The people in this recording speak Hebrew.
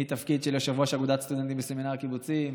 מתפקיד של יושב-ראש אגודת סטודנטים בסמינר הקיבוצים,